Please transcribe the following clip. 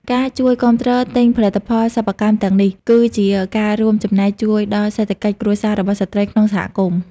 ការជួយគាំទ្រទិញផលិតផលសិប្បកម្មទាំងនេះ គឺជាការរួមចំណែកជួយដល់សេដ្ឋកិច្ចគ្រួសាររបស់ស្ត្រីក្នុងសហគមន៍។